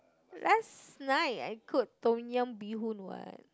last night I cook Tom-Yum bee-hoon [what]